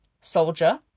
soldier